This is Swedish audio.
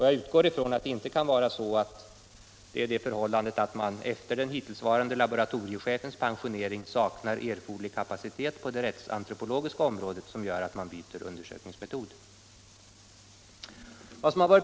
Jag utgår från att det inte kan vara det förhållandet, att man efter den hittillsvarande laboratoriechefens pensionering saknar erforderlig kapacitet på det rättsantropologiska området, som gör att man byter undersökningsmetod.